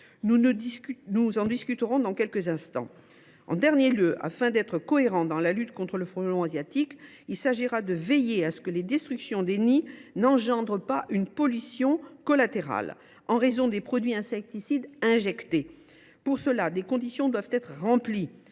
Nous en discuterons lors de l’examen des articles. Enfin, afin d’être cohérents dans la lutte contre le frelon asiatique, il s’agira pour nous de veiller à ce que les destructions de nids n’entraînent pas une pollution collatérale en raison des produits insecticides injectés. Pour cela, des conditions doivent être remplies,